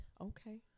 okay